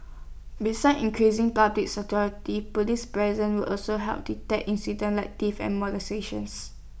besides increasing public security Police present will also help deter incidents like theft and molestations